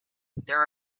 there